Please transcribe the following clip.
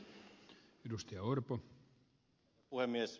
arvoisa puhemies